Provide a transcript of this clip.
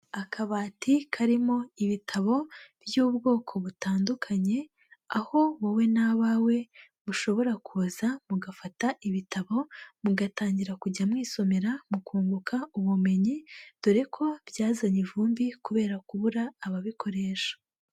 Akabati karimo ibitabo by'ubwoko butandukanye, aho wowe n'abawe mushobora kuza, mugafata ibitabo, mugatangira kujya mwisomera, mu kunguka ubumenyi dore ko byazanye ivumbi kubera kubura ababikoresha.